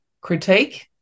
critique